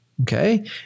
Okay